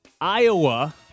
Iowa